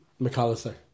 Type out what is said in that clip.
McAllister